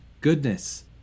goodness